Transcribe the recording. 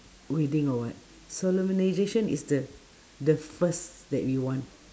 wedding or what solemnisation is the the first that we want